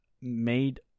made